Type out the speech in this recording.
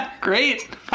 Great